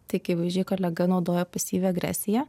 tai akivaizdžiai kolega naudoja pasyvią agresiją